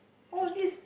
all this